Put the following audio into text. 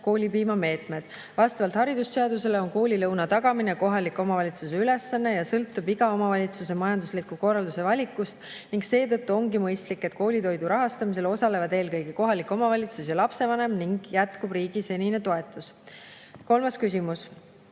koolipiima meetmed. Vastavalt haridusseadusele on koolilõuna tagamine kohaliku omavalitsuse ülesanne ja sõltub iga omavalitsuse majandusliku korralduse valikust. Seetõttu ongi mõistlik, et koolitoidu rahastamisel osalevad eelkõige kohalik omavalitsus ja lapsevanem ning jätkub riigi senine toetus. Kolmas küsimus: